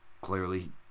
clearly